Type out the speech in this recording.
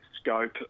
scope